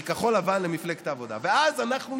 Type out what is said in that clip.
למפלגת העבודה זו עוגמת